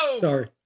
sorry